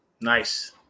Nice